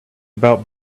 about